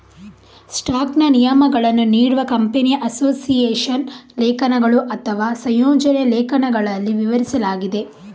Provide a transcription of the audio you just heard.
ಸ್ಟಾಕ್ನ ನಿಯಮಗಳನ್ನು ನೀಡುವ ಕಂಪನಿಯ ಅಸೋಸಿಯೇಷನ್ ಲೇಖನಗಳು ಅಥವಾ ಸಂಯೋಜನೆಯ ಲೇಖನಗಳಲ್ಲಿ ವಿವರಿಸಲಾಗಿದೆ